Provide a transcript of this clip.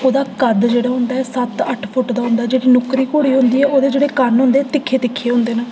ओह्दा कद्द जेह्ड़ा होंदा ऐ सत्त अट्ठ फुट्ट दा होंदा जेह्ड़ा नुक्करी घोड़े होंदे ओह्दे जेह्ड़े कन्न होंदे तिक्खे तिक्खे होंदे न